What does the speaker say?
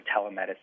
Telemedicine